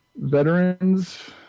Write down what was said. veterans